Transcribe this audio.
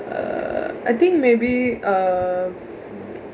uh I think maybe um